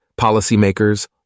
policymakers